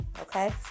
okay